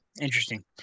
Interesting